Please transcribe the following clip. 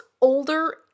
older